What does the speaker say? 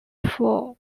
for